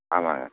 ஆமாங்க